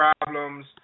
problems